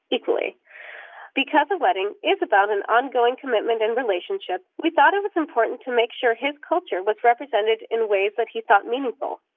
equally because a wedding is about an ongoing commitment and relationship, we thought it was important to make sure his culture was represented in ways that he thought meaningful,